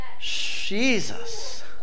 Jesus